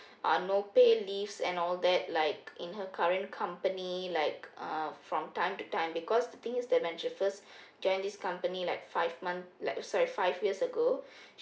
ah no paid leaves and all that like in her current company like uh from time to time because the thing is that when she first join this company like five month like sorry like five years ago